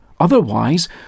Otherwise